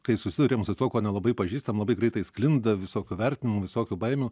kai susiduriam su tuo kuo nelabai pažįstam labai greitai sklinda visokių vertinimų visokių baimių